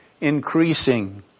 increasing